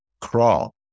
crawl